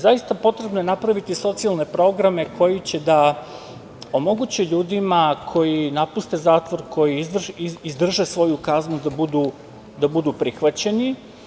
Zaista potrebno je napraviti socijalne programe koji će da omoguće ljudima da koji napuste zatvor, koji izdrže svoju kaznu da budu prihvaćeni.